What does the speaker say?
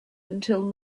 until